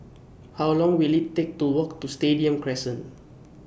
How Long Will IT Take to Walk to Stadium Crescent